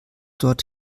dort